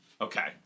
Okay